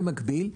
במקביל,